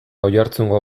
oiartzungo